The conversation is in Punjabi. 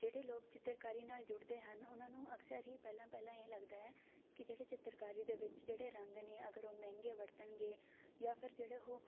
ਜਿਹੜੇ ਲੋਕ ਚਿੱਤਰਕਾਰੀ ਨਾਲ ਜੁੜਦੇ ਹਨ ਉਹਨਾਂ ਨੂੰ ਅਕਸਰ ਹੀ ਪਹਿਲਾਂ ਪਹਿਲਾਂ ਇਹ ਲੱਗਦਾ ਹੈ ਕਿ ਜਿਹੜੇ ਚਿੱਤਰਕਾਰੀ ਦੇ ਵਿੱਚ ਜਿਹੜੇ ਰੰਗ ਨੇ ਅਗਰ ਉਹ ਮਹਿੰਗੇ ਵਰਤਣਗੇ ਜਾਂ ਫਿਰ ਜਿਹੜੇ ਉਹ